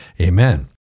amen